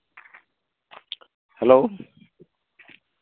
hello